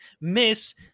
miss